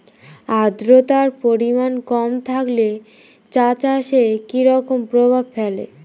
আদ্রতার পরিমাণ কম থাকলে চা চাষে কি রকম প্রভাব ফেলে?